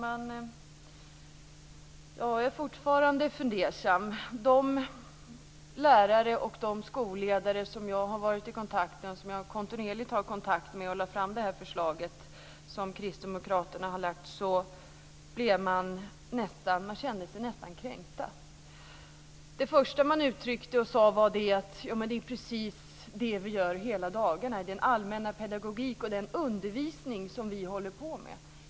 Fru talman! Jag är fortfarande fundersam. De lärare och de skolledare som jag har varit i kontakt med, och som jag kontinuerligt har kontakt med, och som jag lade fram det här förslaget från kristdemokraterna för kände sig nästan kränkta. Det första de uttryckte var att det är precis det som de gör hela dagarna i den allmänna pedagogik och i den undervisning som de håller på med.